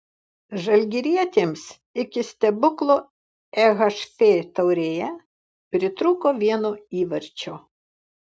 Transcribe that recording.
žalgirietėms iki stebuklo ehf taurėje pritrūko vieno įvarčio